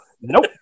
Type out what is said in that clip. Nope